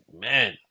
man